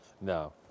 No